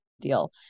deal